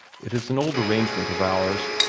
it is an old arrangement of ours.